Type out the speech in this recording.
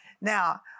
Now